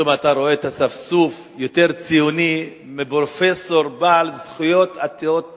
פתאום אתה רואה את האספסוף יותר ציוני מפרופסור בעל זכויות עתירות